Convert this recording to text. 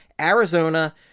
Arizona